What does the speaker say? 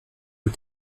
aux